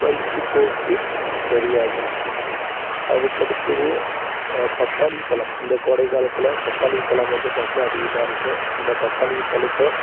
வயிற்றுப்போக்கு சரியாகும் அதுக்கு அடுத்தது பப்பாளி பழம் இந்த கோடை காலத்தில் பப்பாளி பழம் வந்து பார்த்தின்னா அதிகமாக இருக்கும் அந்த பப்பாளி பழத்த